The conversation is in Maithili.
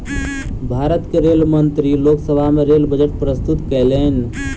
भारत के रेल मंत्री लोक सभा में रेल बजट प्रस्तुत कयलैन